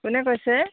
কোনে কৈছে